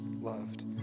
loved